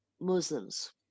muslims